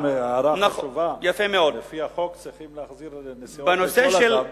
אבל גם הערה חשובה: לפי החוק צריכים להחזיר נסיעות לכל אדם,